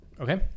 Okay